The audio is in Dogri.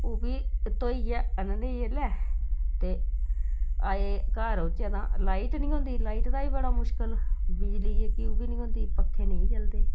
ओह् बी धोइयै आह्नने जेल्लै ते आए घर औचै तां लाइट नी होंदी लाइट दा बी बड़ा मुश्कल बिजली जेह्की ओह् बी नी होंदी पक्खे नेईं चलदे